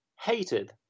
hated